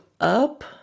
up